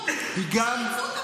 דמוקרטיה היא לא עריצות המיעוט.